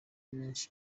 benshi